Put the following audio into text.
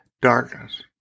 darkness